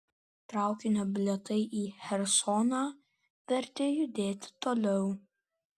traukinio bilietai į chersoną vertė judėti toliau